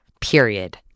period